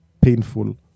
painful